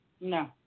No